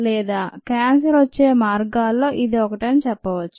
లేదా క్యాన్సర్ వచ్చే మార్గాల్లో ఇది ఒకటి అని చెప్పవచ్చు